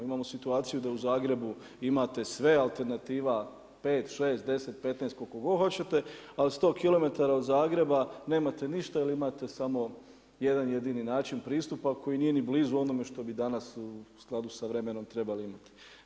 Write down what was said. Imamo situaciju, da u Zagrebu imate sve, alternativa 5, 6, 10, 15 koliko god hoćete, ali 100 km od Zagreba nemate ništa ili imate samo jedan jedini način pristupa koji nije ni blizu onome što bi danas, u skladu s vremenom trebali imati.